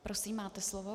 Prosím, máte slovo.